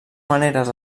maneres